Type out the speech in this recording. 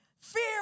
Fear